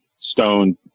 stone